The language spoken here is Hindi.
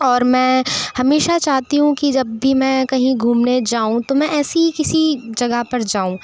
और मैं हमेशा चाहती हूँ कि जब भी मैं कहीं घूमने जाऊँ तो मैं ऐसी किसी जगह पर जाऊँ